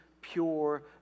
pure